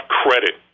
credit